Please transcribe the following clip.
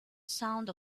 sound